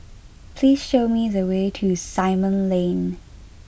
please show me the way to Simon Lane